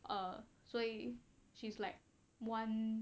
err 所以 she's like one